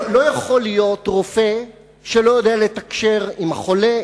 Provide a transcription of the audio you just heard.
לא יכול להיות רופא שלא יודע לתקשר עם החולה,